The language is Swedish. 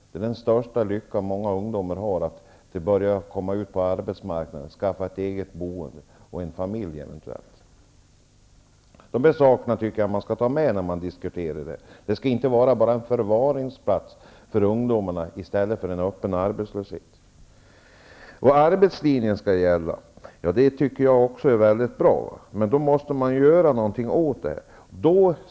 Den största lyckan för många ungdomar är att komma ut på arbetsmarknaden, skaffa ett eget boende och eventuellt familj. Man måste ta med de sakerna i den här diskussionen. Det skall inte bara vara förvaringsplatser för ungdomarna i stället för öppen arbetslöshet. Arbetslinjen skall gälla, säger arbetsmarknadsministern. Ja, det är mycket bra, men då måste man göra någonting åt det här.